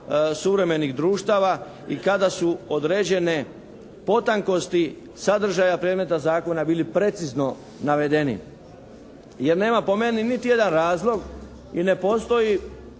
suvremenih društava i kada su određene potankosti sadržaja predmeta zakona bili precizno navedeni, jer nema po meni niti jedan razlog i ne postoji